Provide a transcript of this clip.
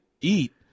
eat